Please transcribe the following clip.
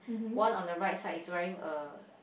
one on the right side is wearing a